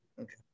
Okay